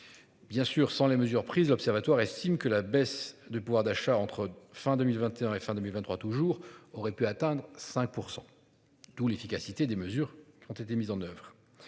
Bien sûr, sans les mesures prises l'Observatoire estime que la baisse du pouvoir d'achat entre fin 2021 et fin 2023 toujours aurait pu atteindre 5% tout l'efficacité des mesures qui ont été mises en oeuvre.